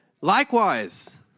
Likewise